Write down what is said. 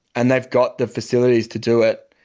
and they've got the facilities to do it.